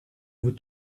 vous